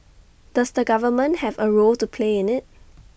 does the government have A role to play in IT